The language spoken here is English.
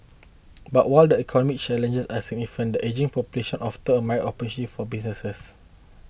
but while the economic challenges are significant the ageing population offers a myriad of opportunity for businesses